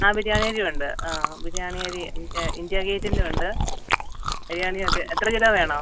ആ ബിരിയാണി അരി ഉണ്ട് ആ ബിരിയാണി അരി ഇന്ത്യ ഇന്ത്യ ഗേറ്റിൻ്റെ ഉണ്ട് ബിരിയാണി അത് എത്ര കിലോ വേണം